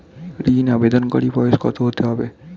ঋন আবেদনকারী বয়স কত হতে হবে?